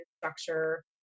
structure